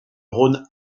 rhône